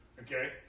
Okay